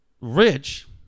Rich